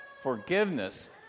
Forgiveness